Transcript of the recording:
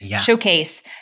showcase